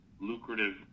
lucrative